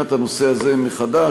בבחינת הנושא הזה מחדש,